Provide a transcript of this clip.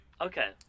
okay